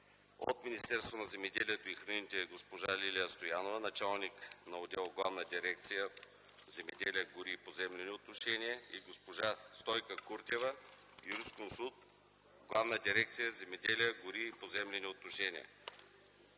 от Министерство на земеделието и храните: госпожа Лилия Стоянова – началник на отдел в Главна дирекция „Земеделие, гори и поземлени отношения”, и госпожа Стойка Куртева - юрисконсулт в Главна дирекция „Земеделие, гори и поземлени отношения”;